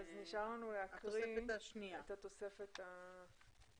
נשאר לנו להקריא את התוספת השנייה.